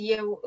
eu